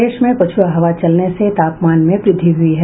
प्रदेश में पछुआ हवा चलने से तापमान में वृद्धि हुयी है